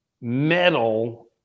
metal